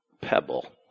pebble